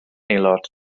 aelod